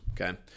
okay